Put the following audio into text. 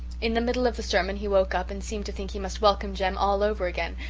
in the middle of the sermon he woke up and seemed to think he must welcome jem all over again,